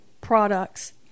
products